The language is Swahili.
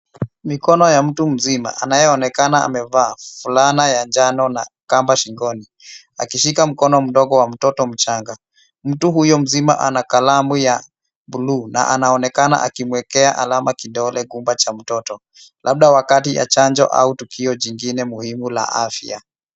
Mikono ya mtu mzima anayeonekana amevaa fulana ya njano na kamba shingoni akishika mkono mdogo wa mtoto mchanga. Mtu huyo mzima ana kalamu ya buluu na anaonekana akimwekea alama kidole gumba cha mtoto labda wakati ya chanjo au tukio lingine muhimu la afya.